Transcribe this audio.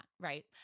right